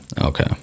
okay